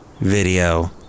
Video